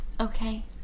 Okay